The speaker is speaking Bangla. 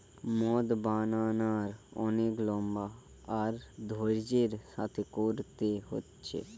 মদ বানানার অনেক লম্বা আর ধৈর্য্যের সাথে কোরতে হচ্ছে